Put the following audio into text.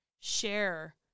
share